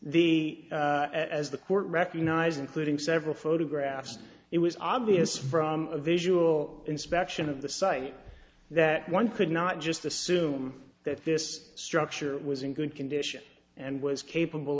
furthermore the as the court recognized including several photographs it was obvious from a visual inspection of the site that one could not just assume that this structure was in good condition and was capable